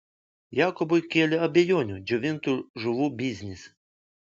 jakobui kėlė abejonių džiovintų žuvų biznis